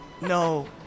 No